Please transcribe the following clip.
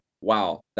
wow